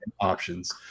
options